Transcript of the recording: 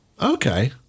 okay